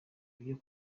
byo